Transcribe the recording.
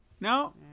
No